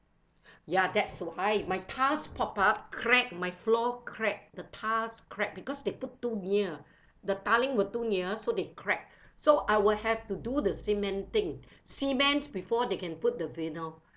ya that's why my tiles pop up correct my floor crack the tiles crack because they put too near the tiling were too near so they crack so I will have to do the cementing cement before they can put the vinyl